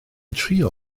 trio